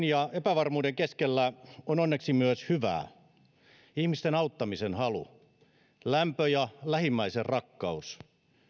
ja epävarmuuden keskellä on onneksi myös hyvää ihmisten auttamisen halu lämpö ja lähimmäisenrakkaus